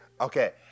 Okay